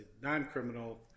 non-criminal